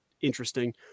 interesting